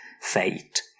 fate